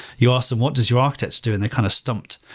you ask them, what does your architects do, and they're kind of stumped.